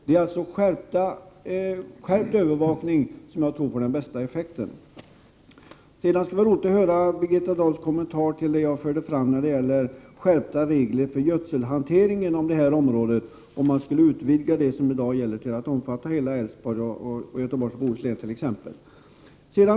Det är alltså skärpt övervakning som jag tror får den bästa effekten. Sedan skulle det vara roligt att höra Birgitta Dahls kommentar till det som jag förde fram när det gäller skärpta regler för gödselhanteringen inom det här området — om man skulle utvidga det som i dag gäller till att omfatta hela Älvsborgs län och Göteborgs och Bohus län t.ex.